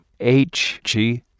HG